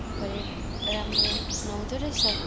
भरे राम्रो नहुँदोरहेछ